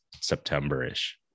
September-ish